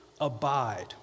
abide